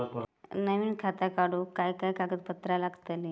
नवीन खाता काढूक काय काय कागदपत्रा लागतली?